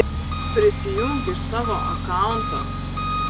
tai tu prisijunk iš savo akaunto